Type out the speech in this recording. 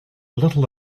little